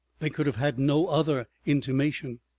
they could have had no other intimation.